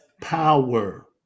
power